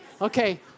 Okay